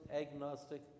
agnostic